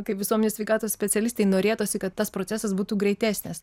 kaip visuomenės sveikatos specialistei norėtųsi kad tas procesas būtų greitesnis